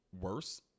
worse